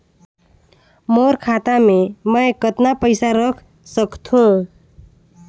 मोर खाता मे मै कतना पइसा रख सख्तो?